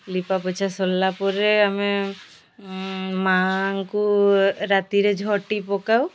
ଲିପା ପୋଛା ସରିଲାପରେ ଆମେ ମା'ଙ୍କୁ ରାତିରେ ଝୋଟି ପକାଉ